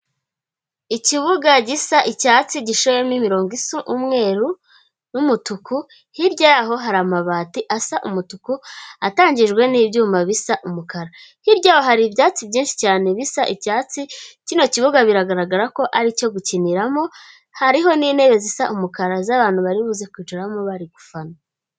Ikibuga gisa icyatsi gishoyemo imirongo isa umweru n'umutuku, hirya yaho hari amabati asa umutuku, atangijwe n'ibyuma bisa umukara. Hirya hari ibyatsi byinshi cyane bisa icyatsi, kino kibuga biragaragara ko ari icyo gukiniramo, hariho n'intebe zisa umukara z'abantu bari buze kwicaramo bari gufana.